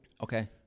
Okay